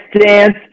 dance